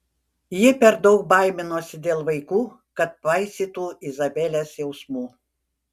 ji per daug baiminosi dėl vaikų kad paisytų izabelės jausmų